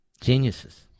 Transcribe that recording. Geniuses